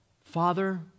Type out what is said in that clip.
Father